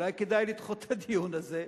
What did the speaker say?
אולי כדאי לדחות את הדיון הזה.